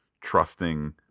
trusting